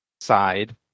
side